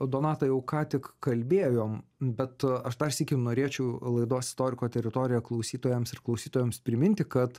donata jau ką tik kalbėjom bet aš dar sykį norėčiau laidos istoriko teritorija klausytojams ir klausytojoms priminti kad